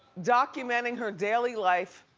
documenting her daily life,